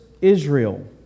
Israel